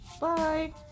Bye